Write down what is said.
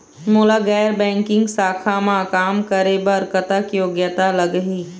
मोला गैर बैंकिंग शाखा मा काम करे बर कतक योग्यता लगही?